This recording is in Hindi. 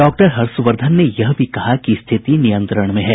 डॉक्टर हर्षवर्धन ने यह भी कहा कि स्थिति नियंत्रण में है